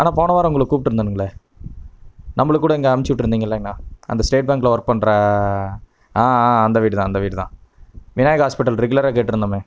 அண்ணா போன வாரம் உங்களை கூப்பிட்டுருந்தேனுங்களே நம்மளுக்கு கூட இங்கே அனுப்பிச்சி விட்ருந்திங்க இல்லைங்கண்ணா அந்த ஸ்டேட் பேங்கில் ஒர்க் பண்ற ஆ ஆ அந்த வீடுதான் அந்த வீடுதான் விநாயகா ஹாஸ்பிட்டல் ரெகுலராக கேட்டுருந்தோமே